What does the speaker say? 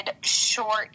short